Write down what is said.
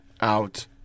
out